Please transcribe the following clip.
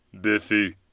Biffy